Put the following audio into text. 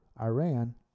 Iran